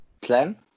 plan